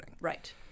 Right